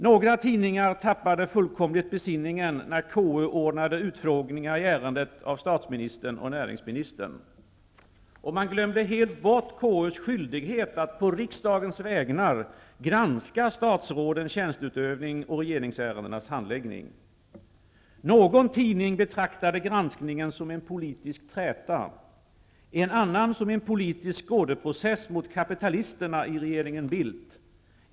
Några tidningar tappade fullkomligt besinningen, när KU ordnade utfrågningar i ärendet som gällde statsministern och näringsministern. Man glömde helt bort KU:s skyldighet att på riksdagens vägnar granska statsrådens tjänsteutövning och regeringsärendenas handläggning. Någon tidning betraktade granskningen som en politisk träta, en annan som en politisk skådeprocess mot kapitalisterna i regeringen Bildt.